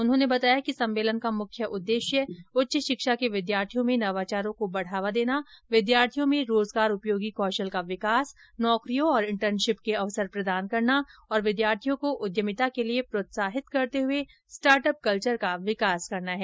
उन्होंने बताया कि सम्मेलन का मुख्य उद्देश्य उच्च शिक्षा के विद्यार्थियों में नवाचारों को बढ़ावा देना विद्यार्थियों में रोजगारपयोगी कौशल का विकास नौकरियों औरं इंटर्नशिप के अवसर प्रदान करना तथा विद्यार्थियों को उद्यमिता के लिए प्रोत्साहित करते हुए स्टार्ट अप कल्वर का विकास करना हैं